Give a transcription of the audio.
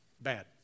Bad